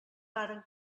varen